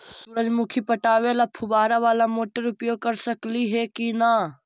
सुरजमुखी पटावे ल फुबारा बाला मोटर उपयोग कर सकली हे की न?